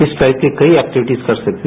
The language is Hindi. इस टाइप के कई एक्टिविटीज कर सकते हो